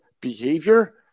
behavior